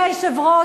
אדוני היושב-ראש,